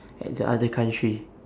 at the other country